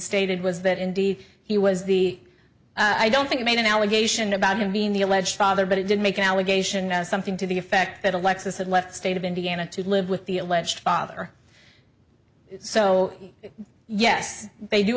stated was that indeed he was the i don't think i made an allegation about him being the alleged father but it did make an allegation something to the effect that alexis had left the state of indiana to live with the alleged father so yes they do